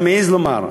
אני מעז לומר,